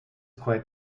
quite